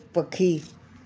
पखी